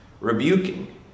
rebuking